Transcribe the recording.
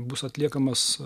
bus atliekamas